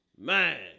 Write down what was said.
Man